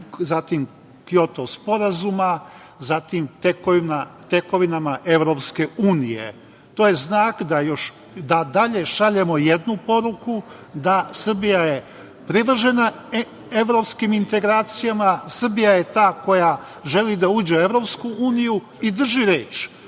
zatim, Kjoto sporazuma, zatim, tekovinama EU. To je znak da dalje šaljemo jednu poruku, da je Srbija privržena evropskim integracijama, Srbija je ta koja želi da uđe u EU i drži reč,